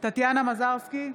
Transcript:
טטיאנה מזרסקי,